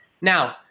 Now